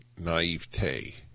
naivete